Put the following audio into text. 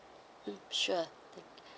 mm sure